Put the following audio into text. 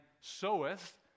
soweth